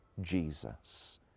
Jesus